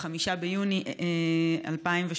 5 ביוני 2018,